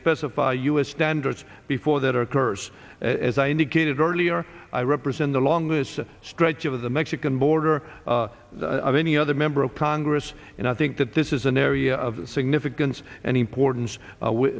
specify u s standards before that occurs as i indicated earlier i represent the longest stretch of the mexican border of any other member of congress and i think that this is an area of significance and importance with